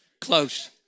close